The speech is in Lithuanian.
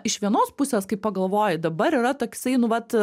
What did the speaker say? iš vienos pusės kai pagalvoji dabar yra toksai nuvat